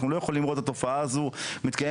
אנחנו לא יכולים לראות את התופעה הזו מתקיימת